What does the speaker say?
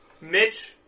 Mitch